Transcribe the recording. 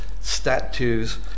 statues